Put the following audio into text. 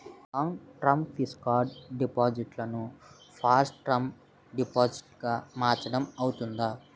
నా long term fixed deposit ను short term deposit గా మార్చటం అవ్తుందా?